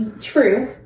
true